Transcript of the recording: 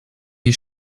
wir